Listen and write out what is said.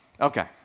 Okay